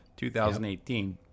2018